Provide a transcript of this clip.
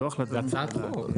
זו הצעת חוק.